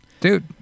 Dude